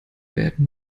werden